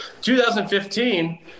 2015